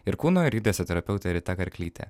ir kūno ir judesio terapeutė rita karklytė